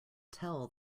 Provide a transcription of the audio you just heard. tell